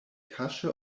kaŝe